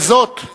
לזאת,